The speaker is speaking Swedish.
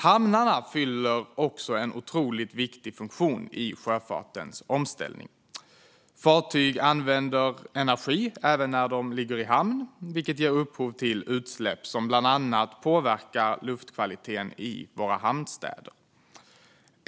Hamnarna fyller en otroligt viktig funktion i omställningen av sjöfarten. Fartyg använder energi även när de ligger i hamn, vilket ger upphov till utsläpp som bland annat påverkar luftkvaliteten i våra hamnstäder.